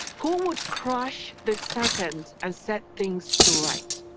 who would crush the serpent, and set things to right.